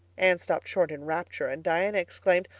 anne stopped short in rapture and diana exclaimed,